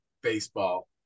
baseball